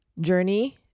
journey